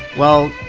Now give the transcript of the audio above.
well,